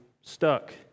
stuck